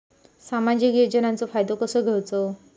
सामाजिक योजनांचो फायदो कसो घेवचो?